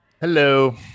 Hello